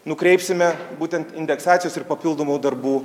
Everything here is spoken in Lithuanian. nukreipsime būtent indeksacijos ir papildomų darbų